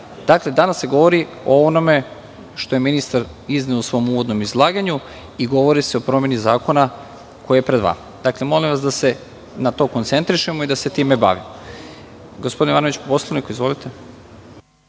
Dakle, danas se govori o onome što je ministar izneo u svom uvodnom izlaganju i govori se o promeni zakona koji je pred vama. Dakle, molim vas da se na to koncentrišemo i da se time bavimo. Gospodin Jovanović, po Poslovniku. Izvolite.